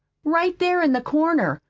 right there in the corner,